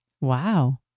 Wow